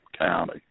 County